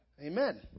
Amen